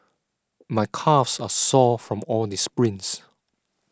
my calves are sore from all the sprints